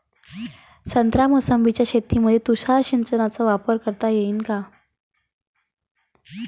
संत्रा मोसंबीच्या शेतामंदी तुषार सिंचनचा वापर करता येईन का?